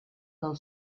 del